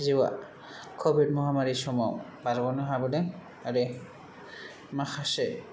जिउआ कविद महामारि समाव बारग'नो हाबोदों आरो माखासे